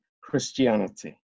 Christianity